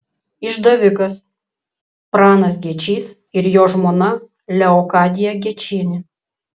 išdavikas pranas gečys ir jo žmona leokadija gečienė